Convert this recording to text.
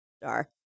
star